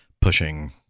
pushing